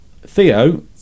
Theo